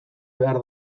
behar